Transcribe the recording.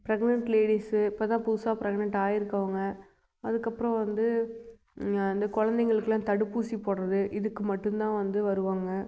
pregnant ladies இப்போ தான் புதுசாக ப்ரெக்னென்ட் ஆயிருக்கவங்க அதுக்கப்றம் வந்து இந்த குழந்தைங்களுக்குலாம் தடுப்பூசி போடுறது இதுக்கு மட்டுந்தான் வந்து வருவாங்க